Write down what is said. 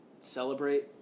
Celebrate